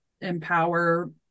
empower